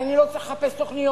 כי אני לא צריך לחפש תוכניות.